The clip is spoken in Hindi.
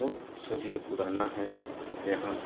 बहुत सदियों पुराना है यहाँ